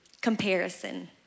comparison